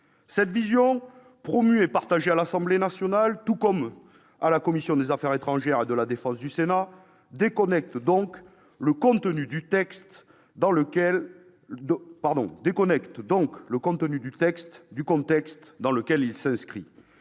Cette vision, promue et partagée à l'Assemblée nationale tout comme en commission des affaires étrangères et de la défense du Sénat, déconnecte le contenu du texte du contexte dans lequel il s'inscrit.